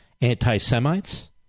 anti-Semites